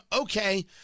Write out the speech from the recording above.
okay